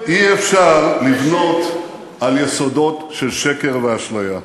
אי-אפשר לבנות על יסודות של שקר ואשליה.